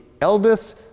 eldest